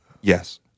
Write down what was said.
Yes